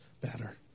better